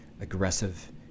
aggressive